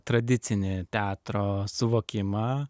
tradicinį teatro suvokimą